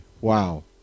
wow